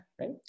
right